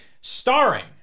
starring